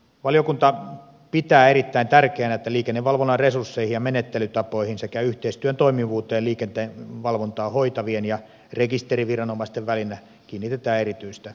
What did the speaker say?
valiokunta pitää erittäin tärkeänä että liikennevalvonnan resursseihin ja menettelytapoihin sekä yhteistyön toimivuuteen liikenteen valvontaa hoitavien ja rekisteriviranomaisten välillä kiinnitetään erityistä huomiota